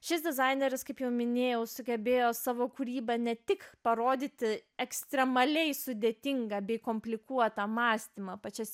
šis dizaineris kaip jau minėjau sugebėjo savo kūryba ne tik parodyti ekstremaliai sudėtingą bei komplikuotą mąstymą pačias